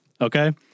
okay